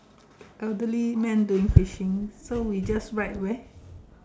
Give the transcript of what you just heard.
elderly man doing fishing so we just write where